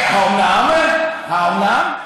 האומנם, האומנם?